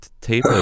tape